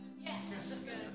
Yes